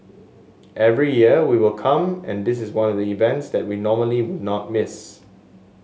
every year we will come and this is one of the events that we normally will not miss